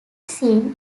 seen